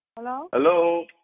Hello